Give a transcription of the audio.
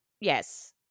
Yes